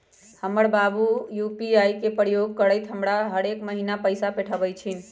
हमर बाबू यू.पी.आई के प्रयोग करइते हमरा हरेक महिन्ना पैइसा पेठबइ छिन्ह